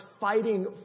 fighting